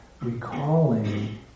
recalling